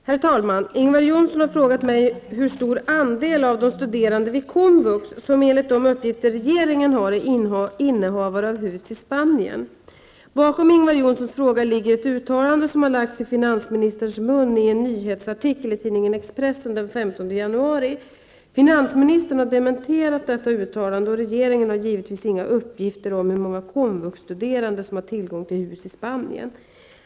Herr talman! Ingvar Johnsson har frågat mig hur stor andel av de studerande vid komvux som, enligt de uppgifter regeringen har, är innehavare av hus i Bakom Ingvar Johnssons fråga ligger ett uttalande som har lagts i finansministerns mun i en nyhetsartikel i tidningen Expressen den 15 januari. Finansministern har dementerat detta uttalande, och regeringen har givetvis inga uppgifter om hur många komvuxstuderande som har tillgång till hus i Spanien.